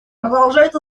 продолжает